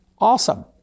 awesome